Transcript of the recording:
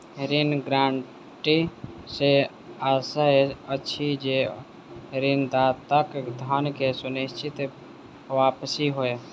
ऋण गारंटी सॅ आशय अछि जे ऋणदाताक धन के सुनिश्चित वापसी होय